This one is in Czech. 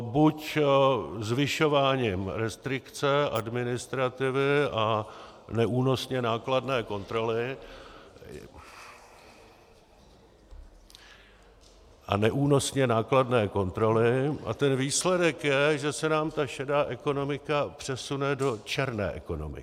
Buď zvyšováním restrikce, administrativy a neúnosně nákladné kontroly a neúnosně nákladné kontroly a ten výsledek je, že se nám ta šedá ekonomika přesune do černé ekonomiky.